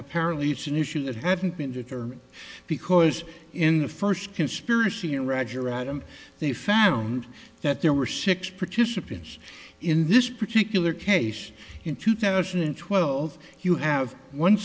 apparently it's an issue that haven't been determined because in the first conspiracy and roger adam they found that there were six participants in this particular case in two thousand and twelve you have one